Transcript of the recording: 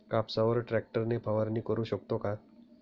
कापसावर ट्रॅक्टर ने फवारणी करु शकतो का?